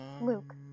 Luke